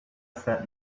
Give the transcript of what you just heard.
said